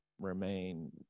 remain